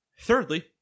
Thirdly